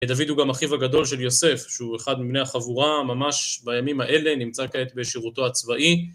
דוד הוא גם אחיו הגדול של יוסף, שהוא אחד מבני החבורה ממש בימים האלה, נמצא כעת בשירותו הצבאי